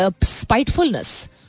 spitefulness